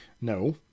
No